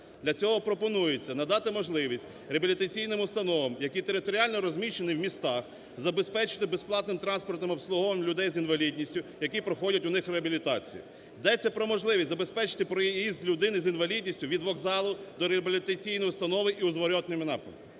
Для цього пропонується надати можливість реабілітаційним установам, які територіально розміщені в містах, забезпечити безплатним транспортним обслуговуванням людей з інвалідністю, які проходять у них реабілітацію. Йдеться про можливість забезпечити проїзд людини з інвалідністю від вокзалу до реабілітаційної установи і у зворотному напрямку.